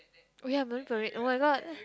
oh ya Marine Parade oh-my-god